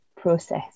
process